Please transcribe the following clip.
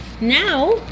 now